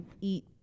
eat